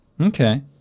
Okay